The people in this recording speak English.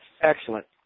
Excellent